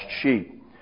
sheep